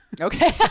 Okay